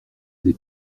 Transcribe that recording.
des